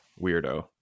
weirdo